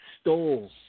stole